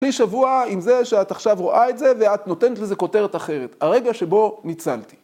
תני שבוע עם זה שאת עכשיו רואה את זה ואת נותנת לזה כותרת אחרת, הרגע שבו ניצלתי.